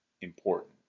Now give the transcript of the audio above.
important